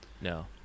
No